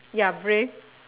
you're brave